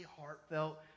heartfelt